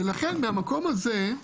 לכן, מהמקום הזה,